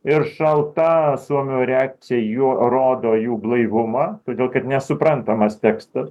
ir šalta suomių reakcija jų rodo jų blaivumą todėl kad nesuprantamas tekstas